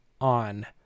on